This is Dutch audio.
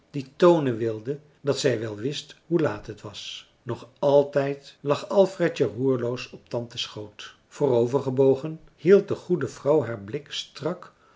die toonen wilde dat zij wel wist hoe laat het was nog altijd lag alfredje roerloos op tante's schoot voorovergebogen hield de goede vrouw haar blik strak